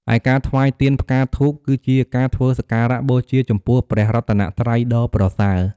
ឯការថ្វាយទៀន ផ្កា ធូប គឺជាការធ្វើសក្ការបូជាចំពោះព្រះរតនត្រ័យដ៏ប្រសើរ។